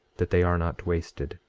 that they are not wasted.